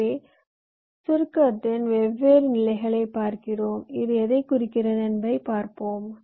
எனவே சுருக்கத்தின் வெவ்வேறு நிலைகளைப் பார்ப்போம் இது எதைக் குறிக்கிறது என்பதைப் பார்ப்போம்